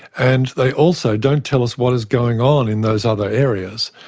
and they also don't tell us what is going on in those other areas.